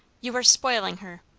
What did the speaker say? you are spoiling her!